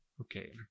Okay